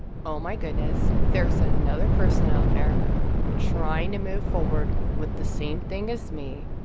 oh, my goodness. there's another person out there trying to move forward with the same thing as me.